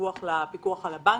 דיווח לפיקוח על הבנקים?